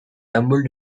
tumbled